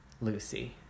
Lucy